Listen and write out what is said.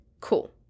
Cool